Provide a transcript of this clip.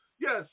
yes